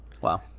wow